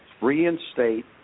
reinstate